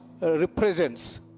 represents